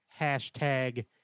hashtag